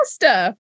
faster